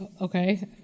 Okay